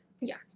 Yes